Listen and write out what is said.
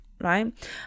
right